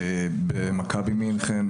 במכבי מינכן,